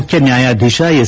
ಮುಖ್ಯನ್ಯಾಯಾಧೀಶ S